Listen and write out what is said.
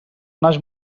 naix